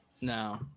no